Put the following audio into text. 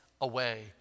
away